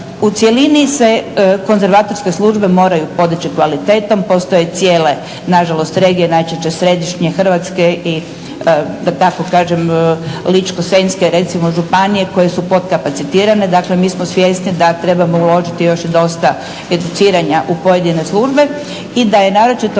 U cjelini se konzervatorske službe moraju podići kvalitetom. Postoje cijele na žalost regije, najčešće središnje Hrvatske i da tako kažem Ličko-senjske recimo županije koje su podkapacitirane. Dakle, mi smo svjesni da trebamo uložiti još i dosta educiranja u pojedine službe i da je naročito